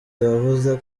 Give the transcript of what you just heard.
yavuze